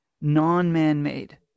non-man-made